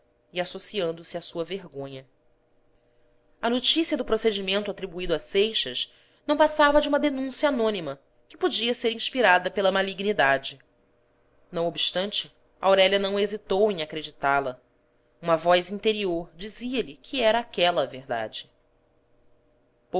e associando-se à sua vergonha a notícia do procedimento atribuído a seixas não passava de uma denúncia anônima que podia ser inspirada pela malignidade não obstante aurélia não hesitou em acreditá la uma voz interior dizia-lhe que era aquela a verdade